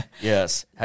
Yes